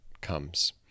comes